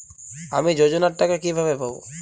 আমি যোজনার টাকা কিভাবে পাবো?